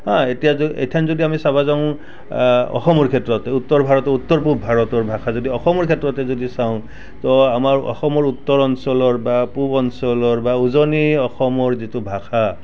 এতিয়া য এইথেন যদি আমি চাব যাওঁ অসমৰ ক্ষেত্ৰতে উত্তৰ ভাৰতৰ উত্তৰ পূব ভাৰতৰ ভাষা যদি অসমৰ ক্ষেত্ৰতে যদি চাওঁ তো আমাৰ অসমৰ উত্তৰ অঞ্চলৰ বা পূব অঞ্চলৰ বা উজনি অসমৰ যিটো ভাষা